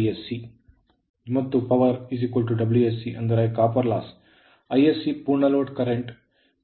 Isc ಪೂರ್ಣ load currentಪ್ರವಾಹ